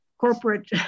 Corporate